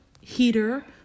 heater